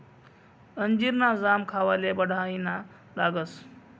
अंजीर ना जाम खावाले बढाईना लागस